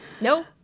No